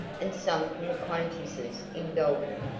and some from acquaintances in dalton.